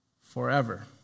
forever